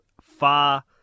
Far